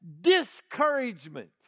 discouragement